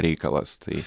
reikalas tai